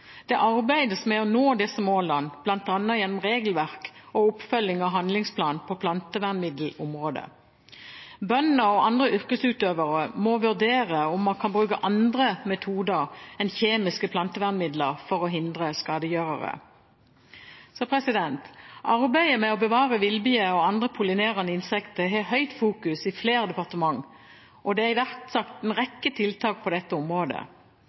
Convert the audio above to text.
Det arbeides med å nå disse målene bl.a. gjennom regelverk og oppfølging av handlingsplanen på plantevernmiddelområdet. Bønder og andre yrkesutøvere må vurdere om man kan bruke andre metoder enn kjemiske plantevernmidler for å hindre skadegjørere. Arbeidet med å bevare villbier og andre pollinerende insekter er gjenstand for stor oppmerksomhet i flere departement, og det er iverksatt en rekke tiltak på dette området.